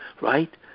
right